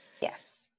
Yes